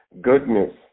goodness